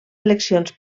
eleccions